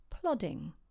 plodding